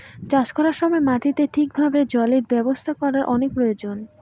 চাষ করার সময় মাটিতে ঠিক ভাবে জলের ব্যবস্থা করার অনেক প্রয়োজন